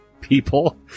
people